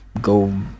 go